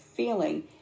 feeling